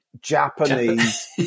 Japanese